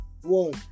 One